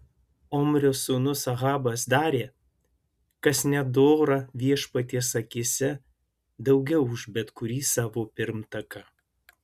omrio sūnus ahabas darė kas nedora viešpaties akyse daugiau už bet kurį savo pirmtaką